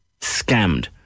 scammed